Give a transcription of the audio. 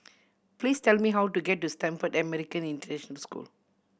please tell me how to get to Stamford American International School